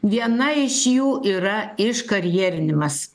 viena iš jų yra iškarjerinimas